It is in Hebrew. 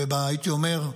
הייתי אומר,